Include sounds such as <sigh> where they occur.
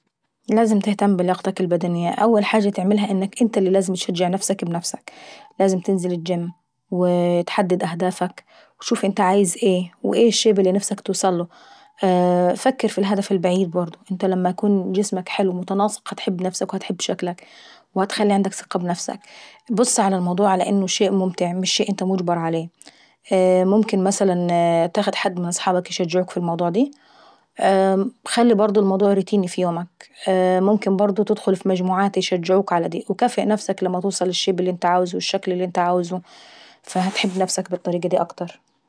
لازم تهتم بلياقتك البدنية، أول حاجة لازم تعملها انك انت تشجع نفسك بنفسك. لازم تنزل الجيم. وتحدد اهدافك وشوف انت عايز ايه. وايه الشيب اللي نفسك توصلك، <hesitation> فكر في الهدف البعيد برضه. انت لما يكون جسمك حلو ومتناسق هاتحب نفسك وهاتحب شكلك. وهتخلي عندك بنفسك. بص على الموضوع على انه شيء ممتع مش شيء انت مجبر عليه. ممكن مثلا تاخد حد من صحابك يشجعوك في اموضوع دي. وخلي الموضوع دا روتيني في يومك. ممكن برضه تدخل ف مجموعات يشجعوك تعمل الموضوع دي. وكافيء نفسك لما توصل للشكل والشيب اللي انت عاوزه. فااهتحب نفسك بالطريقة دي اكتر.